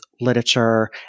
literature